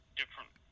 different